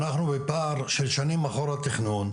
אנחנו בפער של שנים אחורה בתכנון,